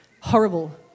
Horrible